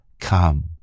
come